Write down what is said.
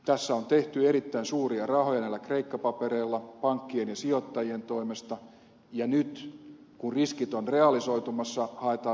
tässä on tehty erittäin suuria rahoja näillä kreikka papereilla pankkien ja sijoittajien toimesta ja nyt kun riskit ovat realisoitumassa haetaan veronmaksajia apuun